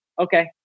okay